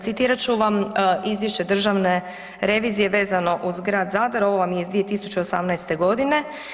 Citirat ću vam Izvješće Državne revizije vezano uz Grad Zadar, ovo vam je iz 2018. godine.